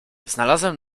znalazłem